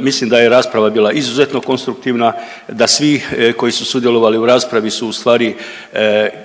mislim da je rasprava bila izuzetno konstruktivna, da svi koji su sudjelovali u raspravi su u stvari krenuli